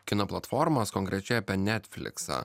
kino platformas konkrečiai apie netfliksą